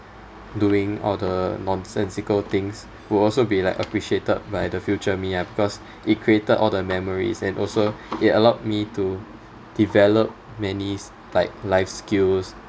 doing all the nonsensical things would also be like appreciated by the future me ah because it created all the memories and also it allowed me to develop many s~ like life skills